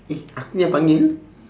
eh aku yang panggil